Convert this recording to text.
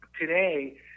Today